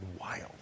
wild